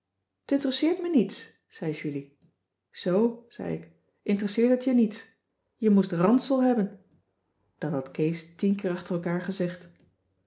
interesseert me niets zei julie zoo zei ik interesseert het je niets je moest ransel hebben dat had kees tien keer achter elkaar gezegd